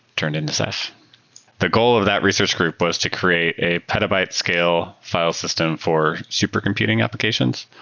turned into ceph the goal of that research group was to create a petabyte scale file system for super-computing applications.